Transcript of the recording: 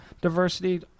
diversity